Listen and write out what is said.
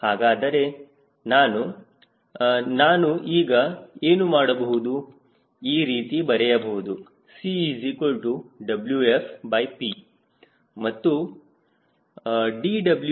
ಹಾಗಾದರೆ ನಾನು ನಾನು ಈಗ ಏನು ಮಾಡಬಹುದು ಈ ರೀತಿ ಬರೆಯಬಹುದು CWf